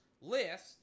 list